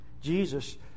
Jesus